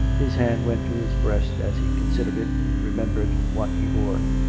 his hand went to his breast as he considered it, and remembered what he bore.